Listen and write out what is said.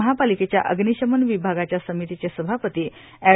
महापालिकेच्या अग्निशमन विभागाची समितीचे सभापती अँड